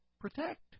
protect